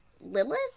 lilith